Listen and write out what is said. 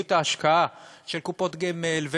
מדיניות ההשקעה של קופות גמל,